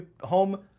home